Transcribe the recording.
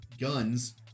guns